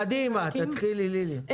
קדימה, תתחילי, לילי.